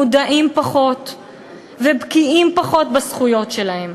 מודעים פחות ובקיאים פחות בזכויות שלהם,